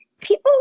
people